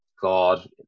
god